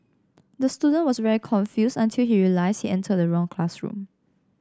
the student was very confused until he realised he entered the wrong classroom